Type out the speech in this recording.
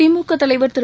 திமுக தலைவர் திரு